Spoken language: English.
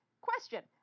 Question